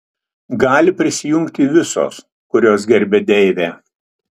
gali prisijungti visos kurios gerbia deivę